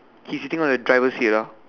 he's sitting on the driver seat ah